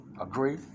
agree